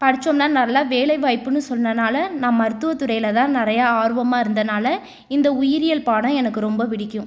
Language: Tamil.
படிச்சோம்னா நல்லா வேலை வாய்ப்புன்னு சொன்னனால் நான் மருத்துவத்துறையில் தான் நிறைய ஆர்வமாக இருந்தனால் இந்த உயிரியல் பாடம் எனக்கு ரொம்ப பிடிக்கும்